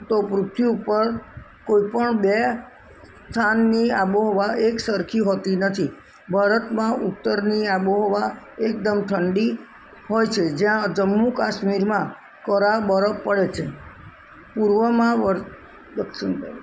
તો પૃથ્વી ઉપર કોઈ પણ બે સ્થાનની આબોહવા એકસરખી હોતી નથી ભારતમાં ઉત્તરની આબોહવા એકદમ ઠંડી હોય છે જ્યાં જમ્મુ કાશ્મીરમાં કરા બરફ પડે છે પૂર્વમાં દક્ષિણ